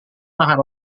makan